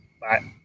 Bye